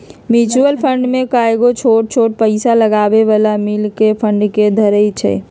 mutual fund में कयगो छोट छोट पइसा लगाबे बला मिल कऽ फंड के धरइ छइ